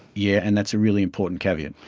yeah and that's a really important caveat.